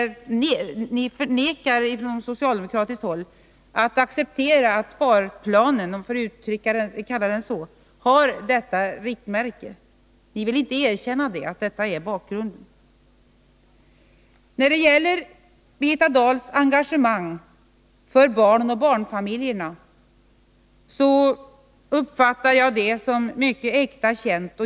Från socialdemokratiskt håll vill man inte acceptera sparplanen, och man förnekar att sparplanen har detta riktmärke. Ni vill inte erkänna att detta är Nr 9 bakgrunden. Torsdagen den Jag uppfattar Birgitta Dahls engagemang för barnen och barnfamiljerna 16 oktober som mycket äkta känt.